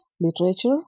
literature